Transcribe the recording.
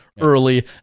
early